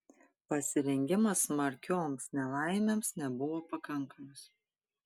pasirengimas smarkioms nelaimėms nebuvo pakankamas